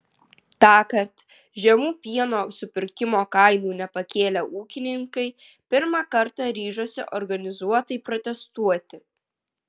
tąkart žemų pieno supirkimo kainų nepakėlę ūkininkai pirmą kartą ryžosi organizuotai protestuoti